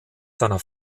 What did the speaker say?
seiner